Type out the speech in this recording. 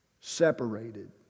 separated